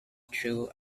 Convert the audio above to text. through